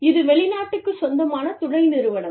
இது வெளிநாட்டுக்குச் சொந்தமான துணை நிறுவனம்